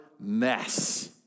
mess